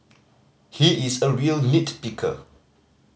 he is a real nit picker